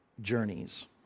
journeys